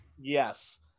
yes